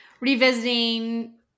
revisiting